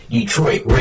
Detroit